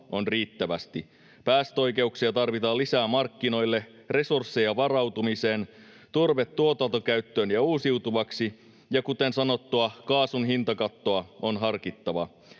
on riittävästi, päästöoikeuksia tarvitaan lisää markkinoille, resursseja varautumiseen, turve tuotantokäyttöön ja uusiutuvaksi, ja kuten sanottua, kaasun hintakattoa on harkittava,